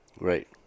Right